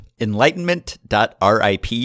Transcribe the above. enlightenment.rip